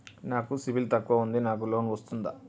నాకు సిబిల్ తక్కువ ఉంది నాకు లోన్ వస్తుందా?